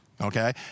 okay